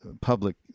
public